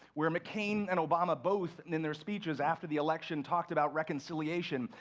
where mccain and obama both, and in their speeches after the election, talked about reconciliation,